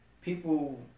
people